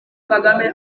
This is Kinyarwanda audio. kagame